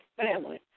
family